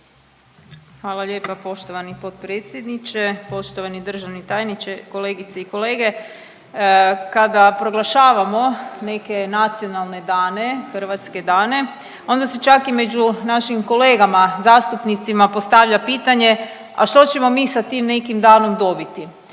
Hvala lijepa poštovani potpredsjedniče, poštovani državni tajniče, kolegice i kolege. Kada proglašavamo neke nacionalne dane, hrvatske dane onda se čak i među našim kolegama zastupnicima postavlja pitanje a što ćemo mi sa tim nekim danom dobiti.